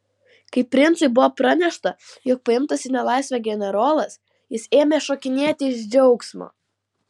kai princui buvo pranešta jog paimtas į nelaisvę generolas jis ėmė šokinėti iš džiaugsmo